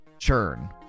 churn